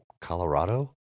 Colorado